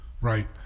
Right